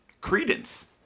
credence